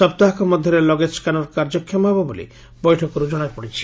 ସପ୍ତାହକ ମଧ୍ଧରେ luggage scanner କାର୍ଯ୍ୟକ୍ଷମ ହେବ ବୋଲି ବୈଠକର୍ ଜଣାଯାଇଛି